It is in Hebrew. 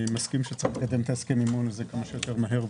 אני מסכים שצריך לתת את הסכם המימון הזה כמה שיותר מהר,